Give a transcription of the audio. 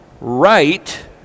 right